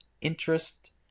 interest